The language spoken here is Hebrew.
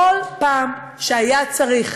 בכל פעם שהיה צריך